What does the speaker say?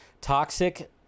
Toxic